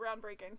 groundbreaking